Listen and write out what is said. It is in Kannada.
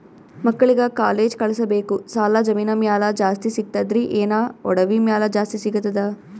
ಮಕ್ಕಳಿಗ ಕಾಲೇಜ್ ಕಳಸಬೇಕು, ಸಾಲ ಜಮೀನ ಮ್ಯಾಲ ಜಾಸ್ತಿ ಸಿಗ್ತದ್ರಿ, ಏನ ಒಡವಿ ಮ್ಯಾಲ ಜಾಸ್ತಿ ಸಿಗತದ?